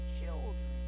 children